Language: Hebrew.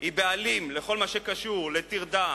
היא בעלים בכל מה שקשור לטרדה,